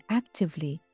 actively